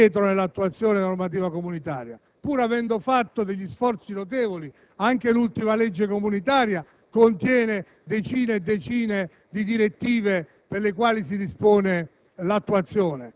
è in ritardo nell'attuazione della normativa comunitaria, pur avendo sostenuto degli sforzi notevoli. Anche l'ultima legge comunitaria contiene decine e decine di direttive per le quali è disposta